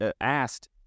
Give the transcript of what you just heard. asked